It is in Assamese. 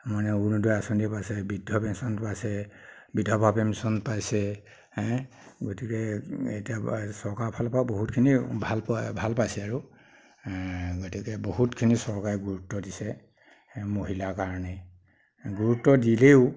মানে অৰুণোদয় আঁচনি পাইছে বৃদ্ধ পেঞ্চনটো আছে বিধৱা পেঞ্চন পাইছে গতিকে এতিয়া বা চৰকাৰ ফালৰ পৰা বহুতখিনিয়ে ভাল পোৱা ভাল পাইছে আৰু গতিকে বহুতখিনি চৰকাৰে গুৰুত্ৱ দিছে মহিলাৰ কাৰণে গুৰুত্ৱ দিলেও